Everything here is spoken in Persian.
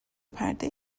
پرده